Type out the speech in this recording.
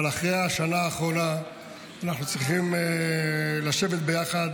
אבל אחרי השנה האחרונה אנחנו צריכים לשבת ביחד